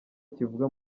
kivugwa